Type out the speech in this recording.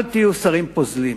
אל תהיו שרים פוזלים,